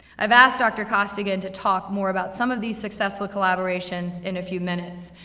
i've asked doctor costigan to talk more about some of these successful collaborations in a few minutes.